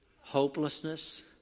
hopelessness